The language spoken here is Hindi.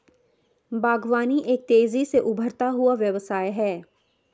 बागवानी एक तेज़ी से उभरता हुआ व्यवसाय है